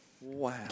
Wow